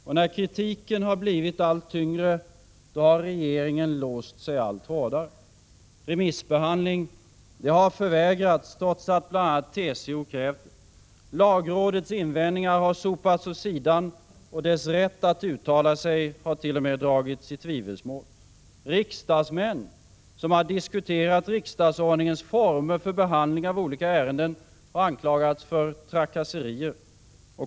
Och när kritiken blivit allt tyngre, har regeringen låst sig allt hårdare. Remissbehandling har förvägrats, trots att bl.a. TCO krävt det. Lagrådets invändningar har sopats åt sidan och dess rätt att uttala sig hart.o.m. dragits itvivelsmål. Riksdagsmän som har diskuterat riksdagsordningens former för behandling av olika ärenden har anklagats för ”trakasserier”.